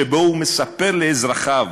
שבו הוא מספר לאזרחיו,